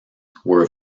were